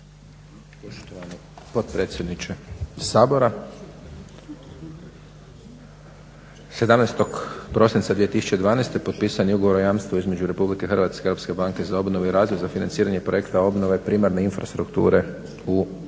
(SDP)** Potpredsjedniče Sabora. 17. prosinca 2012. potpisan je ugovor o jamstvu između Republike Hrvatske i Europske banke za obnovu i razvoj za financiranje projekta obnove primarne infrastrukture u luci